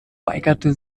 weigerte